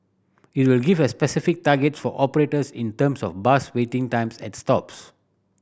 it will give a specific targets for operators in terms of bus waiting times at stops